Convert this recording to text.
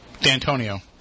D'Antonio